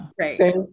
Right